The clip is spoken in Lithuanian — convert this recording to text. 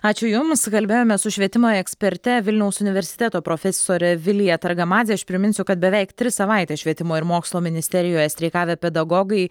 ačiū jums kalbėjome su švietimo eksperte vilniaus universiteto profesore vilija targamadze aš priminsiu kad beveik tris savaites švietimo ir mokslo ministerijoje streikavę pedagogai